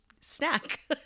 Snack